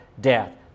death